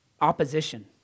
Opposition